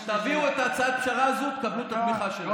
תביאו את הצעת הפשרה הזו, תקבלו את התמיכה שלי.